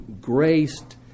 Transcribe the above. graced